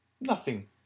Nothing